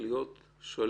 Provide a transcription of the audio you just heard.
שיש